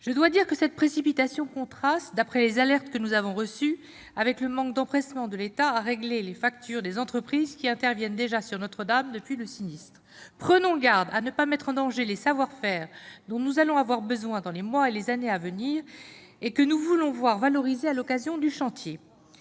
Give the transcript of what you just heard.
avons reçues, cette précipitation contraste avec le manque d'empressement de l'État à régler les factures des entreprises qui interviennent sur Notre-Dame depuis le sinistre. Prenons garde à ne pas mettre en danger les savoir-faire dont nous allons avoir besoin dans les mois et années à venir et que nous voulons voir valorisés à l'occasion du chantier.